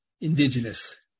indigenous